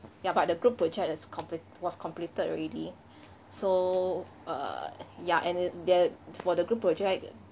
ya but the group project is complete was completed already so err ya and then for the group project